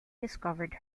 discovered